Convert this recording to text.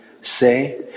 say